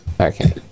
Okay